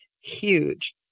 huge